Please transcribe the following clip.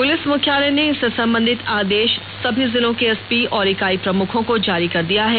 police मुख्यालय ने इससे संबंधित आदेश सभी जिलों के एसपी और इकाई प्रमुखों को जारी कर दिया है